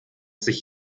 sich